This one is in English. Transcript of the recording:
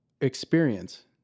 experience